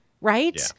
Right